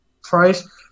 price